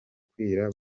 kwira